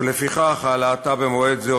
ולפיכך העלאתה במועד זה,